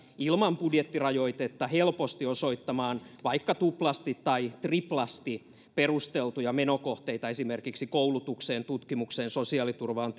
ilman budjettirajoitetta helposti osoittamaan vaikka tuplasti tai triplasti perusteltuja menokohteita esimerkiksi koulutukseen tutkimukseen sosiaaliturvaan